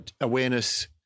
awareness